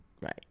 right